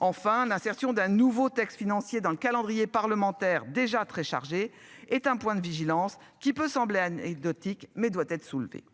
Enfin l'insertion d'un nouveau texte financier dans le calendrier parlementaire déjà très chargé est un point de vigilance qui peut sembler anecdotique mais doit être soulevée